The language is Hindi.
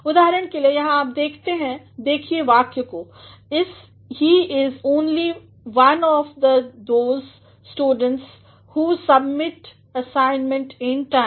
उदाहरण के लिए यहाँ आप देखते हैं देखिए वाक्य को he is only one of those students who submit assignments in time